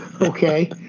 Okay